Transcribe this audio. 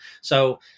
So-